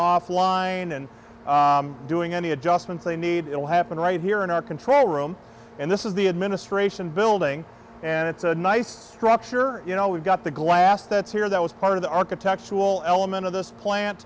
off line and doing any adjustments they need it will happen right here in our control room and this is the administration building and it's a nice structure you know we've got the glass that's here that was part of the architectural element of this plant